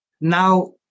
now